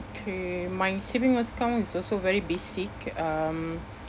K my saving account is also very basic um